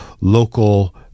local